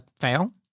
Fail